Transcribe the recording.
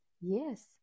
Yes